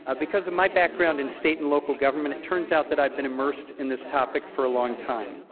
ah because of my background in state and local government, it turns out that i have been immersed in this topic for a long time.